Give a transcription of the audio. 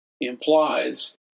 implies